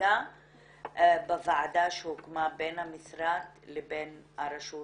חקיקה בוועדה שהוקמה בין המשרד לבין הרשות